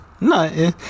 no